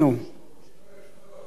פה.